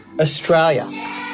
Australia